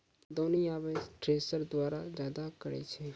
दौनी आबे थ्रेसर द्वारा जादा करै छै